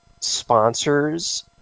sponsors